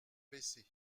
baissé